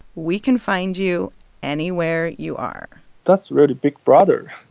we can find you anywhere you are that's really big brother.